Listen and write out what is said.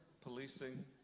policing